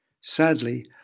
Sadly